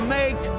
make